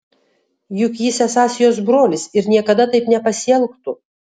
juk jis esąs jos brolis ir niekada taip nepasielgtų